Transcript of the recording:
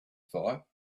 thought